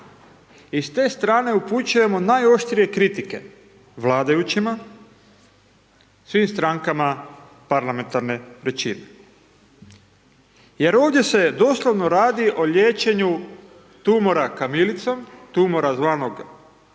i s te strane upućujemo najoštrije kritike vladajućima, svim strankama parlamentarne većine. Jer ovdje se doslovno radi o liječenju tumora kamilicom, tumora zvanog visina